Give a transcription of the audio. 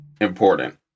important